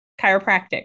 Chiropractic